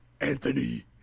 anthony